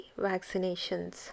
vaccinations